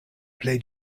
plej